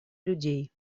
людей